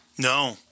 No